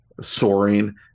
soaring